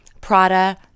Prada